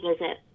visit